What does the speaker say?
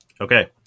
Okay